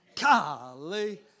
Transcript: Golly